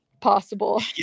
possible